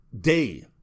day